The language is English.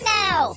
now